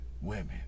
women